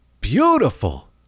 beautiful